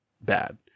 bad